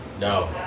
No